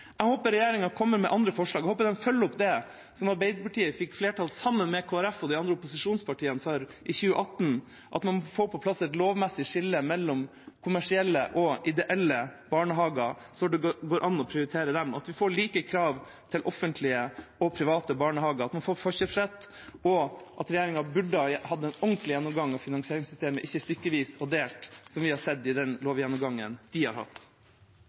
Jeg håper regjeringa kommer med andre forslag. Jeg håper de følger opp det som Arbeiderpartiet fikk flertall for i 2018, sammen med Kristelig Folkeparti og de andre opposisjonspartiene, at man får på plass et lovmessig skille mellom kommersielle og ideelle barnehager, slik at det går an å prioritere dem, at vi får like krav til offentlige og private barnehager, at man får forkjøpsrett, og at regjeringa tar en ordentlig gjennomgang av finansieringssystemet, ikke stykkevis og delt, som vi har sett i den lovgjennomgangen de har hatt.